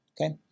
Okay